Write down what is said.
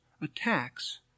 attacks